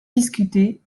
discutée